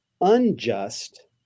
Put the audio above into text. unjust